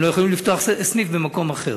הם לא יכולים לפתוח סניף במקום אחר.